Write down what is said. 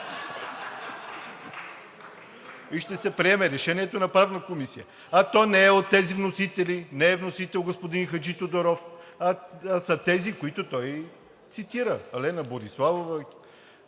И ще се приеме решението на Правната комисия, а то не е от тези вносители. Не е вносител господин Хаджитодоров, а са тези, които той цитира – Лена Бориславова,